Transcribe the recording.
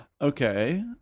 Okay